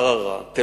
ערערה בנגב,